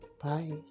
Bye